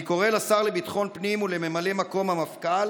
אני קורא לשר לביטחון הפנים ולממלא מקום המפכ"ל